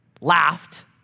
laughed